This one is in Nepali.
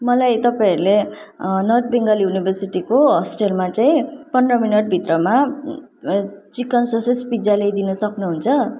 मलाई तपाईँहरूले नर्थ बेङ्गल युनिभर्सिटिको हस्टेलमा चाहिँ पन्ध्र मिनट भित्रमा चिकन ससेज पिज्जा ल्याइदिनु सक्नु हुन्छ